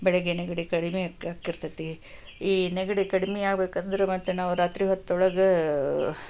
ಬೆಳಿಗ್ಗೆ ನೆಗಡಿ ಕಡಿಮೆ ಆಕ್ಕಿರತೈತಿ ಈ ನೆಗಡಿ ಕಡಿಮೆ ಆಗ್ಬೇಕಂದ್ರೆ ಮತ್ತೆ ನಾವು ರಾತ್ರಿ ಹೊತ್ತೊಳಗೆ